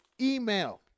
email